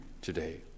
today